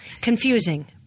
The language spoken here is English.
Confusing